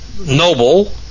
noble